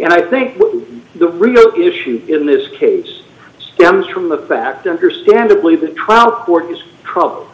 and i think the real issue in this case stems from the fact understandably the trial work is troubled